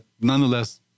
nonetheless